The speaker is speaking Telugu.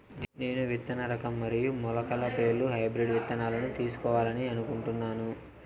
నేను విత్తన రకం మరియు మొలకల పేర్లు హైబ్రిడ్ విత్తనాలను తెలుసుకోవాలని అనుకుంటున్నాను?